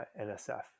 NSF